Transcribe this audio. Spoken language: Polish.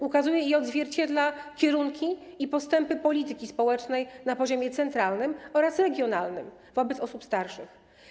Ukazuje i odzwierciedla kierunki i postępy polityki społecznej ma poziomie centralnym oraz regionalnym wobec osób starszych.